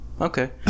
okay